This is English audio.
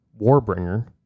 Warbringer